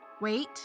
Wait